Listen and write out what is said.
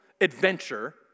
adventure